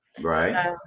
Right